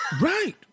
Right